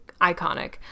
iconic